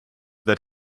that